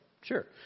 Sure